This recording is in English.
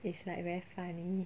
it's like very funny